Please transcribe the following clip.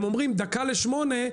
הם אומרים דקה לשמונה,